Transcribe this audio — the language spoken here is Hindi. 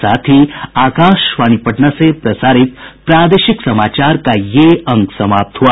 इसके साथ ही आकाशवाणी पटना से प्रसारित प्रादेशिक समाचार का ये अंक समाप्त हुआ